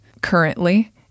currently